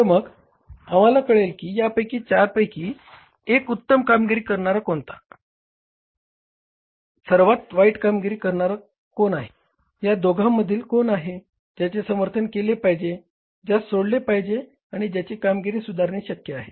तर मग आम्हाला कळले की या चारपैकी एक उत्तम कामगिरी करणारा कोणता सर्वात वाईट कामगिरी कोणाची आहे या दोघांमधील कोण आहे ज्याचे समर्थन केले पाहिजे ज्यास सोडले पाहिजे आणि ज्यांची कामगिरी सुधारणे शक्य आहे